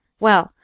well,